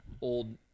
old